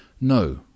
No